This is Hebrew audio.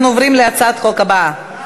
אנחנו עוברים להצעת החוק הבאה,